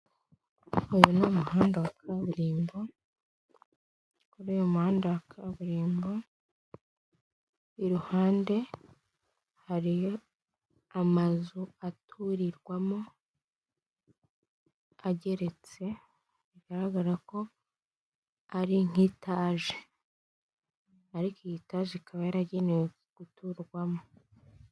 Uyu ni umuhanda wa kaburimbo, kuri uyu muhanda wa kaburimbo iruhande hariyo amazu aturirwamo ageretse bigaragara ko ari nk'itaje, ariko iyi taje ikaba yaragenewe guturwamo.